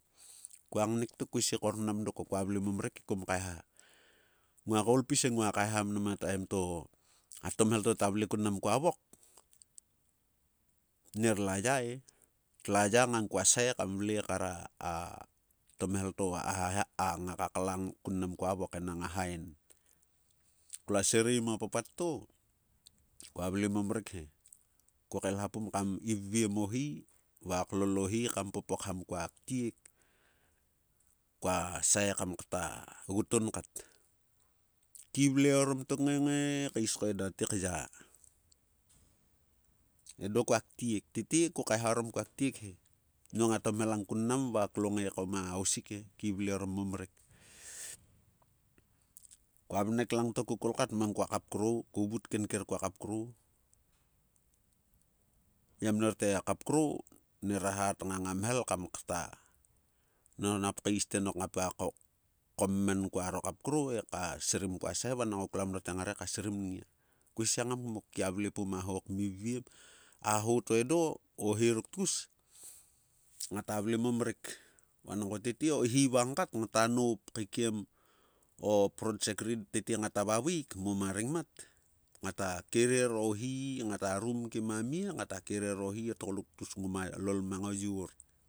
Kua ngnek tok, kue si kormnam dok ko kua vle mo mrek hekom ka eha. Ngua kaol pis he ngua kahea mnam a taim to a tom hel to ta vle kuin mnam kuo vok, nerola ya e. Tlua ya ngang kua sae kam vle kar a tomhel to. nga ka klang kun mnam kua vok enang a hain. Klua sirei mang a papa to, kua vle mo mrek he. Ko kael ha pum kam ivviem o hi va. Klol o hi kam popokham kua ktiek, kuasae kam kta gutun kat. Kgi vle orom tok ngae ngae kais kais ko eda te kya. Edo kua ktiek. Tete ko kahea orom kua ktiek he. Nong a tomhel tang kun mnam, va klo ngae ko ma hausik e. Kgi vle orom mo mhek. Kua vnek lang to ko kol kat mang kua kapkrou, ko vut kenker kua kapkrou. Ya mnor t3e a kapkrou nera hat ngang a mhel kam kta. Nok nap kais te nok ngpa komm en kuaro kapkrou he ka srim kua sae va nangko klua mnor te ngare ka srim nngia. Kue sia ngam kmok. Kgia vle pum a ho kmivviem, a ho to edo. O hi ruk tgus, ngata vle mo mrek. Vanangko tete, o hi vang kat, ngta noup kaikiem o project ri tete ngata vavaeik mo ma rengmat, ngata kerer o hi, ngata rum kim a mie, ngata kerer o hi o tgoluk tgus ngoma lol mang o yor.